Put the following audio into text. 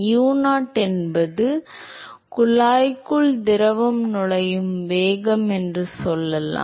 u0 என்பது குழாய்க்குள் திரவம் நுழையும் வேகம் என்று சொல்லலாம்